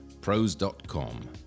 Pros.com